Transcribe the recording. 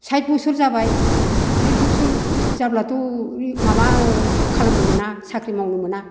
साइथ बसर जाबाय साइथ बसर जाब्लाथ' माबा खालामनो मोना साख्रि मावनो मोना